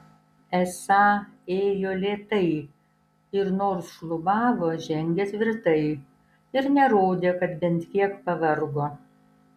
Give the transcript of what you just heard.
esą ėjo lėtai ir nors šlubavo žengė tvirtai ir nerodė kad bent kiek pavargo